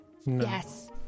Yes